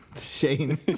Shane